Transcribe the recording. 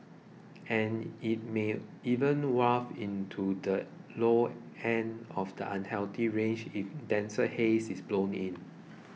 and it may even waft into the low end of the unhealthy range if denser haze is blown in